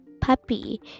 puppy